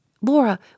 Laura